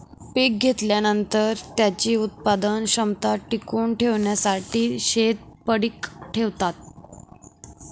पीक घेतल्यानंतर, त्याची उत्पादन क्षमता टिकवून ठेवण्यासाठी शेत पडीक ठेवतात